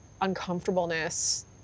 uncomfortableness